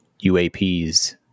UAPs